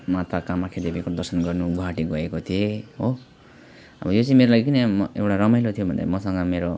माता कामाख्या देवीको दर्शन गर्नु गुवाहाटी गएको थिएँ हो अब यो चाहिँ मेरो लागि किन रमाइलो थियो भन्दा मसँग मेरो